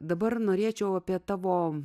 dabar norėčiau apie tavo